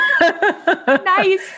Nice